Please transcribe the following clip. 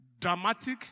dramatic